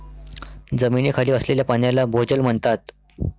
जमिनीखाली असलेल्या पाण्याला भोजल म्हणतात